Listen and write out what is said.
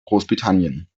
großbritannien